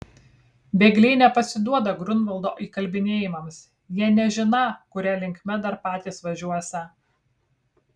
bėgliai nepasiduoda griunvaldo įkalbinėjimams jie nežiną kuria linkme dar patys važiuosią